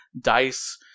dice